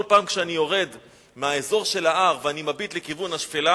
כל פעם כשאני יורד מהאזור של ההר ואני מביט לכיוון השפלה,